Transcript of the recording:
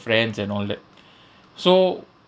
friends and all that so